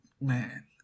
man